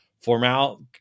Formal